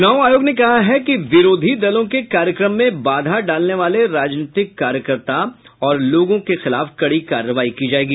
चुनाव आयोग ने कहा है कि विरोधी दलों के कार्यक्रम में बाधा डालने वाले राजीनतिककार्यकर्ताओं और लोगों के खिलाफ कड़ी कार्रवाई की जायेगी